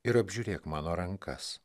ir apžiūrėk mano rankas